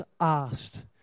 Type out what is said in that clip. asked